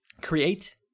create